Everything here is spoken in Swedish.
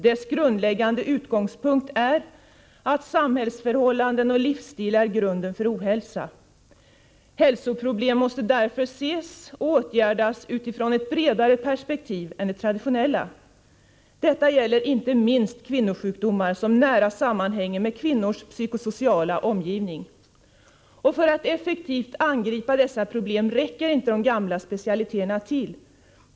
Dess grundläggande utgångspunkt är att samhällsförhållanden och livsstil är grunden för ohälsa. Hälsoproblem måste därför ses och åtgärdas utifrån ett bredare perspektiv än det traditionella. Detta gäller inte minst kvinnosjukdomar som nära sammanhänger med kvinnors psykosociala omgivning. För att effektivt angripa dessa problem räcker inte de gamla specialiteterna till.